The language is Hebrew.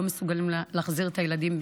לא מסוגלים להחזיר את הילדים,